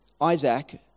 Isaac